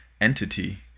entity